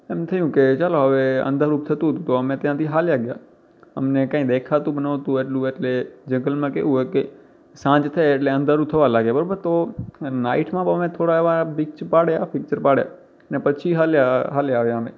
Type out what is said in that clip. એમ થયું કે ચાલો હવે અંધારું થતું હતું તો અમે ત્યાંથી ચાલ્યા ગયા અમને કંઈ દેખાતું પ ન હતું એટલું એટલે જંગલમાં કેવું હોય કે સાંજ થાય એટલે અંધારું થવા લાગે બરાબર તો નાઇટમાં પણ અમે થોડા એવા પિકચ પાડ્યા પિકચર પાડ્યા અને પછી ચાલ્યા ચાલ્યા આવ્યા અમે